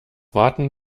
warten